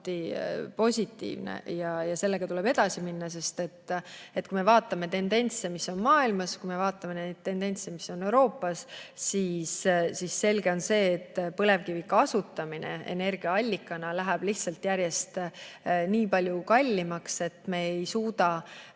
positiivne ja sellega tuleb edasi minna. Kui me vaatame tendentse, mis on maailmas, kui me vaatame neid tendentse, mis on Euroopas, siis on selge, et põlevkivi kasutamine energiaallikana läheb lihtsalt järjest nii palju kallimaks, et me ei saa